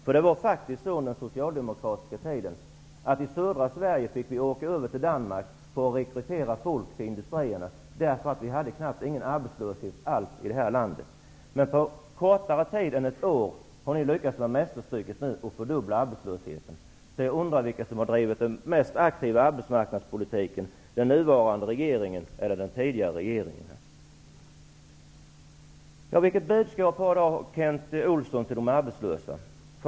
På den tiden fick vi i södra Sverige åka över till Danmark för att rekrytera folk till industrierna, eftersom det knappt fanns någon arbetslöshet alls i detta land. Men på kortare tid än ett år har ni lyckats med mästerstycket att fördubbla arbetslösheten. Jag frågar mig därför vilka som har drivit den aktiva arbetsmarknadspolitiken, den nuvarande regeringen eller den tidigare regeringen. Vilket budskap har då Kent Olsson till de arbetslösa?